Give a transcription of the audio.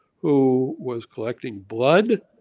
who was collecting blood.